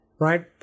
right